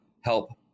help